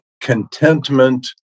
contentment